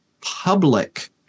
public